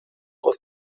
aus